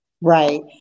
Right